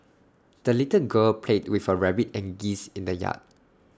the little girl played with her rabbit and geese in the yard